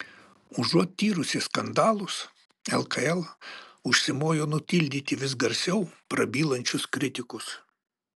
užuot tyrusi skandalus lkl užsimojo nutildyti vis garsiau prabylančius kritikus